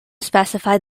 specified